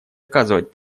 оказывать